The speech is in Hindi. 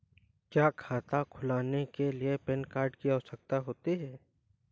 क्या खाता खोलने के लिए पैन कार्ड की आवश्यकता होती है?